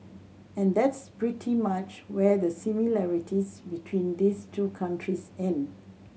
and that's pretty much where the similarities between these two countries end